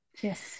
yes